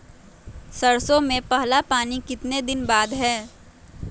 सरसों में पहला पानी कितने दिन बाद है?